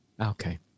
Okay